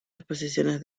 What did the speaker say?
exposiciones